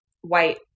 white